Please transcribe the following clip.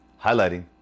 highlighting